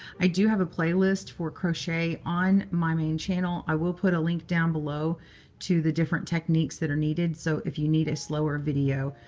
i do have a playlist for crochet on my main channel. i will put a link down below to the different techniques that are needed. so if you need a slower video,